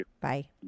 Bye